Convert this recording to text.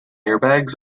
airbags